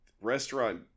restaurant